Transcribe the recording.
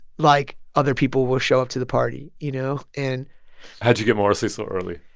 like, other people will show up to the party, you know and how did you get morrissey so early?